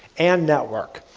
and network.